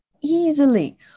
easily